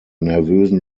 nervösen